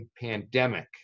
pandemic